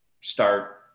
start